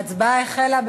ההצבעה החלה.